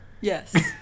yes